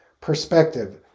perspective